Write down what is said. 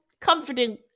comforting